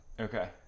Okay